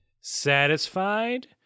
satisfied